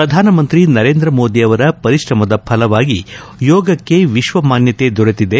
ಪ್ರಧಾನಮಂತ್ರಿ ನರೇಂದ್ರಮೋದಿ ಅವರ ಪರಿಶ್ರಮದ ಫಲವಾಗಿ ಯೋಗಕ್ಕೆ ವಿಶ್ವಮಾನ್ಡತೆ ದೊರೆತಿದೆ